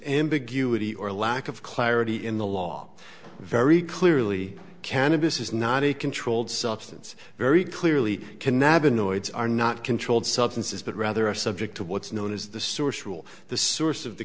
ambiguity or lack of clarity in the law very clearly cannabis is not a controlled substance very clearly canal benoit's are not controlled substances but rather are subject to what's known as the source will the source of the